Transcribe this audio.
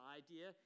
idea